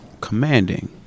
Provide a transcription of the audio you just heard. commanding